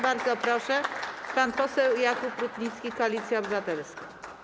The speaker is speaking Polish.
Bardzo proszę, pan poseł Jakub Rutnicki, Koalicja Obywatelska.